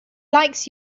likes